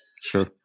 Sure